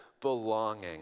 belonging